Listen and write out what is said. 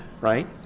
right